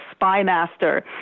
spymaster